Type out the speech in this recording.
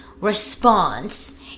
response